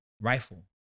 rifle